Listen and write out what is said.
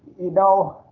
you know.